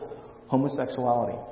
homosexuality